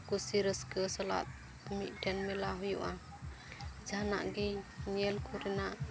ᱠᱩᱥᱤ ᱨᱟᱹᱥᱠᱟᱹ ᱥᱟᱞᱟᱜ ᱢᱤᱫᱴᱮᱱ ᱢᱮᱞᱟ ᱦᱩᱭᱩᱜᱼᱟ ᱡᱟᱦᱟᱱᱟᱜ ᱜᱮ ᱧᱮᱞ ᱠᱚᱨᱮᱱᱟᱜ